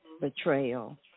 Betrayal